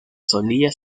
solía